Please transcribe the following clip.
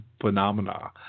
phenomena